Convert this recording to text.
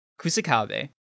Kusakabe